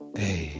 hey